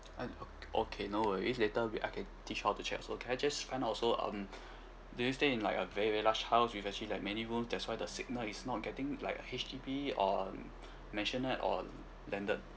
uh okay no worries later we I can teach you how to check also can I just find out also um do you stay in like a very very large house with actually like many rooms that's why the signal is not getting like a H_D_B or a maisonette or landed